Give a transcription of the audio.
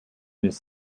his